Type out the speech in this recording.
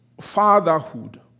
fatherhood